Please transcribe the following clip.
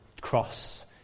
cross